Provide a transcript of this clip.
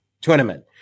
tournament